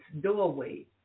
doorway